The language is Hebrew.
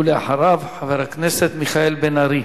ואחריו, חבר הכנסת מיכאל בן-ארי.